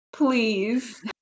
Please